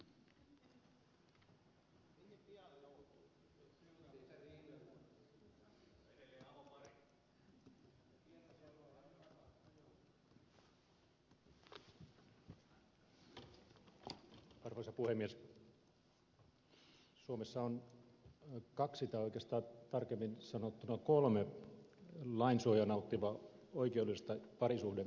suomessa on kaksi tai oikeastaan tarkemmin sanottuna kolme lain suojaa nauttivaa oikeudellista parisuhdeinstituutiota